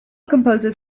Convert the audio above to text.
composes